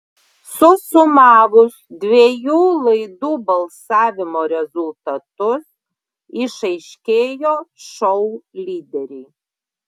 susumavus dviejų laidų balsavimo rezultatus išaiškėjo šou lyderiai